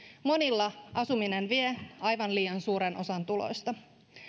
monilla asuminen vie aivan liian suuren osan tuloista